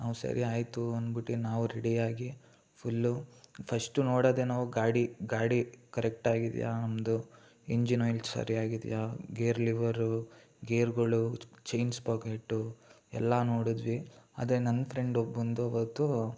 ನಾವು ಸರಿ ಆಯ್ತು ಅಂದ್ಬಿಟ್ಟು ನಾವು ರೆಡಿಯಾಗಿ ಫುಲ್ಲು ಫಸ್ಟು ನೋಡೋದೆ ನಾವು ಗಾಡಿ ಗಾಡಿ ಕರೆಕ್ಟಾಗಿದೆಯಾ ಒಂದು ಇಂಜಿನ್ ಆಯ್ಲ್ ಸರಿಯಾಗಿದೆಯಾ ಗೇರ್ ಲಿವರು ಗೇರ್ಗಳು ಚೈನ್ ಸ್ಪೋಕೆಟ್ಟು ಎಲ್ಲ ನೋಡಿದ್ವಿ ಆದ್ರೆ ನನ್ನ ಫ್ರೆಂಡ್ ಒಬ್ಬಂದಾವತ್ತು